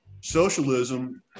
socialism